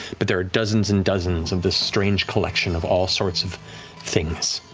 but there are dozens and dozens of this strange collection of all sorts of things.